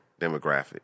demographic